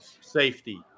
safety